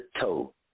toe